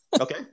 Okay